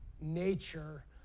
nature